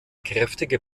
kräftige